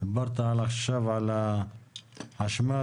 דיברת עכשיו על החשמל,